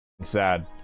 sad